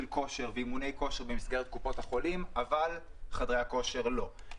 כושר ואימוני כושר במסגרת קופות החולים אבל חדרי הכושר לא,